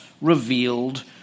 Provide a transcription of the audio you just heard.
revealed